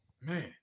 man